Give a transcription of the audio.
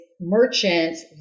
merchants